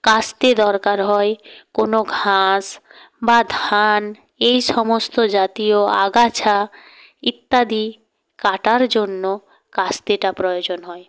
কাস্তে দরকার হয় কোনো ঘাস বা ধান এই সমস্ত জাতীয় আগাছা ইত্যাদি কাটার জন্য কাস্তেটা প্রয়োজন হয়